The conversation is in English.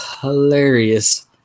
hilarious